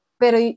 pero